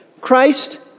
Christ